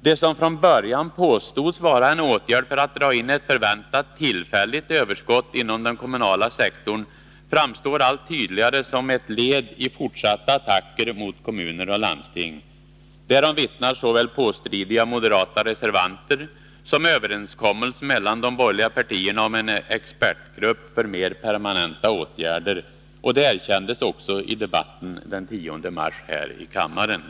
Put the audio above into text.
Det som från början påstods vara en åtgärd för att dra in ett förväntat tillfälligt överskott inom den kommunala sektorn framstår allt tydligare som ett led i fortsatta attacker mot kommuner och landsting. Därom vittnar såväl påstridiga moderata reservanter som överenskommelsen mellan de borgerliga partierna om en expertgrupp för mer permanenta åtgärder. Det erkändes också i debatten den 10 mars här i kammaren.